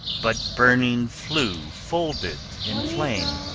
but burning flew folded in flame